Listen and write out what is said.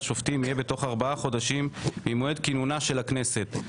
שופטים יהיה בתוך ארבעה חודשים ממועד כינונה של הכנסת,